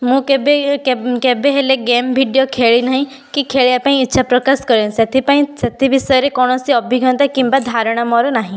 ମୁଁ କେବେ ଏ କେବେ କେବେହେଲେ ଗେମ୍ ଭିଡ଼ିଓ ଖେଳିନାହିଁ କି ଖେଳିବାପାଇଁ ଇଚ୍ଛା ପ୍ରକାଶ କରେ ତ ସେଥିପାଇଁ ସେଥି ବିଷୟରେ କୌଣସି ଆଭିଜ୍ଞତା କିମ୍ବା ଧାରଣା ମୋର ନାହିଁ